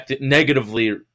negatively